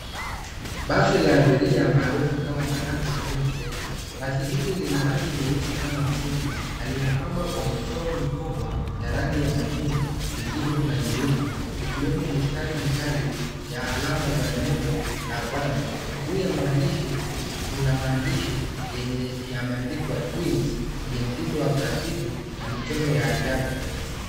Basi la abiria maarufu kama matatu nchini Kenya. Basi hili lina rangi nyeusi kama msingi na limepambwa kwa michoro mikubwa ya rangi ya machungwa, kijivu na nyeupe zikiwemo mistari mikali ya alama za nembo ya Vans . Juu ya maandishi kuna maandishi yenye yameandikwa Twins yenye mtindo wa graffiti na mtindo wa ajabu.